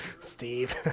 Steve